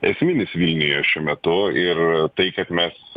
esminis vilniuje šiuo metu ir tai kad mes